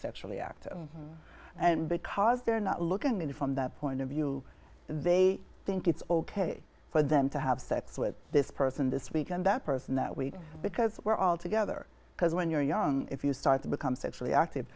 sexually active and because they're not looking at it from that point of view they think it's ok for them to have sex with this person this weekend that person that we because we're all together because when you're young if you start to become sexually active